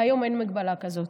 והיום אין מגבלה כזאת.